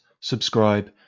subscribe